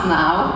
now